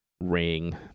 ring